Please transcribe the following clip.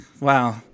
Wow